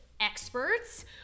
experts